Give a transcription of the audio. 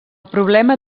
problema